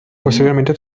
posteriormente